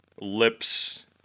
lips